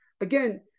again